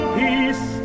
peace